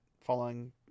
following